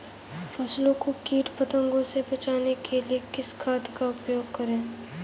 फसलों को कीट पतंगों से बचाने के लिए किस खाद का प्रयोग करें?